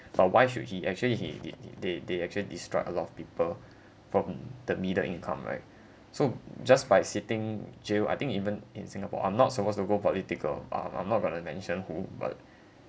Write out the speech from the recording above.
but why should he actually he did they they actually destroyed a lot of people from the middle income right so just by sitting jail I think even in singapore I'm not supposed to go political um I'm not going to mention who but